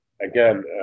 again